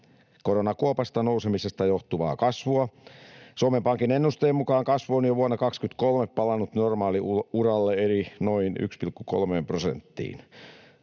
koronakuopasta nousemisesta johtuvaa kasvua. Suomen Pankin ennusteen mukaan kasvu on jo vuonna 23 palannut normaaliuralle eli noin 1,3 prosenttiin.